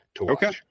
Okay